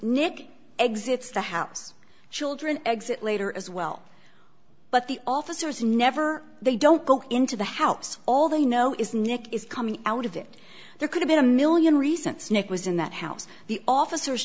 nick exits the house children exit later as well but the officers never they don't go into the house all they know is nick is coming out of it there could have been a one million recent snick was in that house the officers